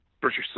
British